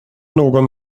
någon